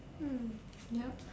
mm yup